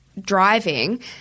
driving